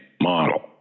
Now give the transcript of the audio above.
model